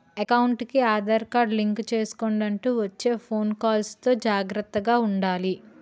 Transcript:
ఎకౌంటుకి Aadhaar card link చేసుకొండంటూ వచ్చే ఫోను కాల్స్ తో జాగర్తగా ఉండాలి